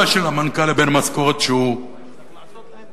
של המנכ"ל לבין המשכורת שהוא מקבל.